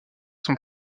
son